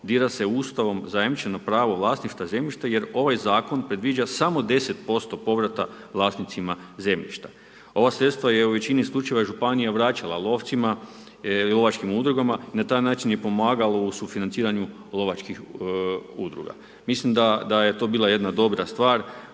dira se u ustavnom zajamčeno pravo vlasništva zemljišta jer ovaj zakon predviđa samo 10% povrata vlasnicima zemljišta. Ova sredstva je u većini slučajeva županija vraćala lovcima, lovačkim udrugama i na taj način je pomagala u sufinanciranju lovačkih udruga, mislim da je to bila jedna dobra stvar,